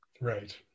Right